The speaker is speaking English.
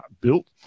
built